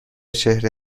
چهره